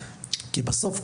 כי בסוף,